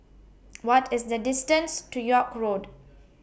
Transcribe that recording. What IS The distance to York Road